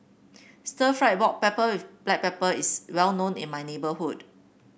Stir Fried Pork pepper with Black Pepper is well known in my neighborhood